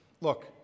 look